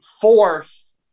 forced